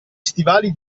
stivali